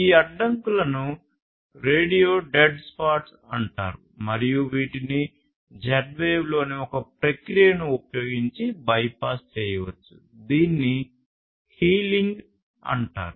ఈ అడ్డంకులను radio dead spots అంటారు మరియు వీటిని Z వేవ్లోని ఒక ప్రక్రియను ఉపయోగించి బైపాస్ చేయవచ్చు దీనిని healing అంటారు